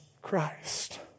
Christ